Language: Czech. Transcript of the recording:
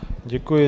Děkuji.